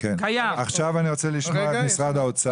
משרד האוצר.